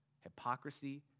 Hypocrisy